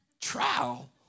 Trial